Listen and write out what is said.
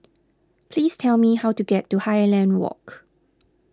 please tell me how to get to Highland Walk